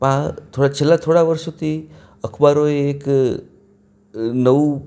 માં થોડા છેલ્લા થોડા છેલ્લા વર્ષોથી અખબારોએ એક નવું